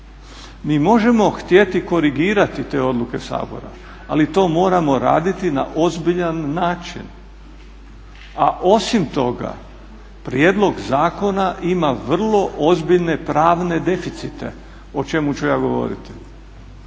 Mi možemo htjeti korigirati te odluke Sabora, ali to moramo raditi na ozbiljan način. A osim toga prijedlog zakona ima vrlo ozbiljne pravne deficite, o čemu ću ja govoriti,